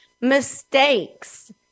mistakes